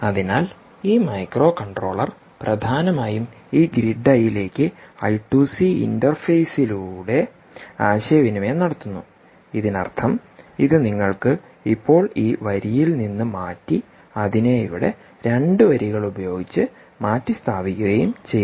അതിനാൽ ഈ മൈക്രോകൺട്രോളർ പ്രധാനമായും ഈ ഗ്രിഡ് ഐയിലേക് ഐ ടു സി ഇന്റർഫേസിലൂടെ ആശയവിനിമയം നടത്തുന്നുഇതിനർത്ഥം ഇത് നിങ്ങൾക്ക് ഇപ്പോൾ ഈ വരിയിൽ നിന്ന് മാറ്റി അതിനെ ഇവിടെ 2 വരികൾ ഉപയോഗിച്ച് മാറ്റിസ്ഥാപിക്കുകയും ചെയ്യാം